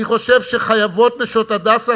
אני חושב ש"נשות הדסה",